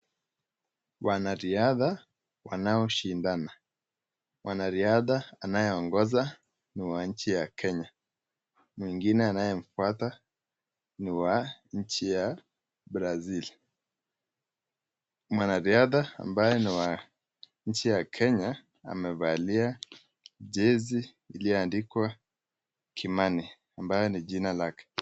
Wanariadha wanaoshindana. Mwanariadha anayeongoza ni wa nchi ya Kenya. Mwingine aneye mfuata, ni wa nchi ya Brazil. Mwanariadha ambaye ni wa nchi ya Kenya, amevalia jezi iliyoandikwa Kimani, ambayo ni jina lake.